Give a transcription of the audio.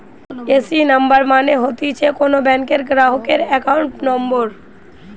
AC number মানে হতিছে কোন ব্যাংকের গ্রাহকের একাউন্ট নম্বর